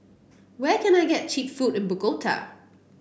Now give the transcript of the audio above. where can I get cheap food in Bogota